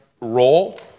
role